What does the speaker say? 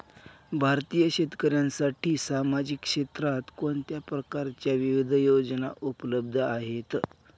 भारतीय शेतकऱ्यांसाठी सामाजिक क्षेत्रात कोणत्या प्रकारच्या विविध योजना उपलब्ध आहेत?